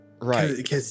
right